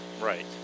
Right